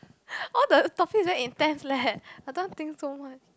all the topics very intense leh I don't want think so much